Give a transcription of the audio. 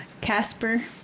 Casper